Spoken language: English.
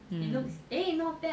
um